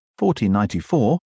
1494